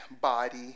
body